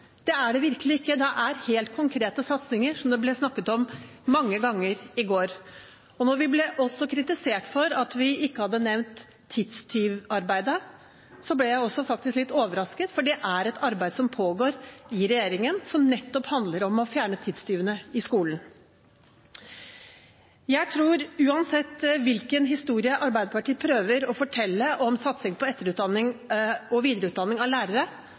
er helt konkrete satsinger, som det ble snakket om mange ganger i går. Og når vi også ble kritisert for at vi ikke hadde nevnt tidstyvarbeidet, ble jeg faktisk også litt overrasket, for det er et arbeid som pågår i regjeringen, som nettopp handler om å fjerne tidstyvene i skolen. Uansett hvilken historie Arbeiderpartiet prøver å fortelle om satsing på etter- og videreutdanning av lærere,